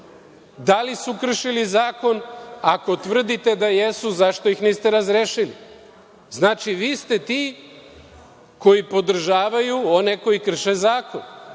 Da li su kršili zakon? Ako tvrdite da jesu, zašto ih niste razrešili? Znači, vi ste ti koji podržavate one koji krše zakon.